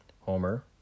Homer